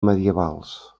medievals